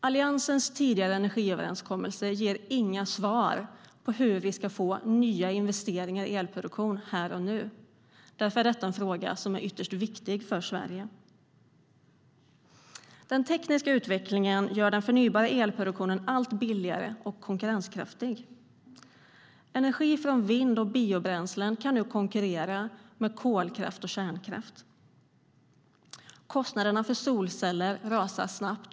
Alliansens tidigare energiöverenskommelse ger inga svar på hur vi ska få nya investeringar i elproduktion här och nu. Därför är detta en fråga som är ytterst viktig för Sverige. Den tekniska utvecklingen gör den förnybara elproduktionen allt billigare och konkurrenskraftig. Energi från vind och biobränslen kan nu konkurrera med kolkraft och kärnkraft. Kostnaderna för solceller rasar snabbt.